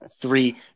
three